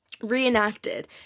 reenacted